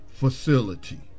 facility